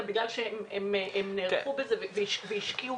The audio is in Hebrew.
אלא בגלל שנערכו והשקיעו